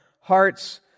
hearts